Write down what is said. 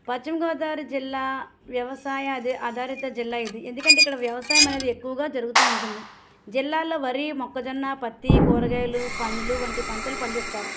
పశ్చిమ గోదావరి జిల్లా వ్యవసాయ అది ఆధారిత జిల్లా ఇది ఎందుకంటే ఇక్కడ వ్యవసాయం అనేది ఎక్కువగా జరుగుతూ ఉంటుంది జిల్లాలో వరి మొక్కజొన్న పత్తి కూరగాయలు పండ్లు వంటి పంటలు పండిస్తారు